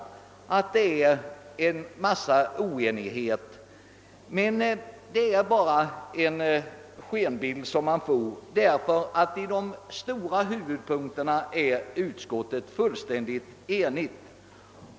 Den är emellertid bara skenbar. I huvudpunkterna har utskottet varit enigt.